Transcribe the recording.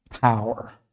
power